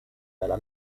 dalla